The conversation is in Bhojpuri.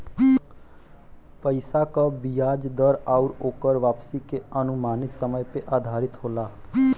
पइसा क बियाज दर आउर ओकर वापसी के अनुमानित समय पे आधारित होला